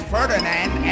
Ferdinand